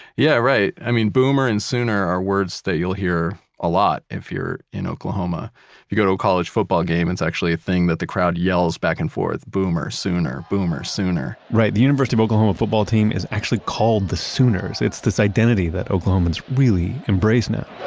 yeah, right. i mean boomer and sooner are words that you'll hear a lot if you're in oklahoma. if you go to a college football game, it's actually a thing that the crowd yells back and forth, boomer, sooner. boomer, sooner right, the university of oklahoma football team is actually called the sooners. it's this identity that oklahomans really embrace now